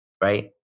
right